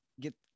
get